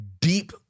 deep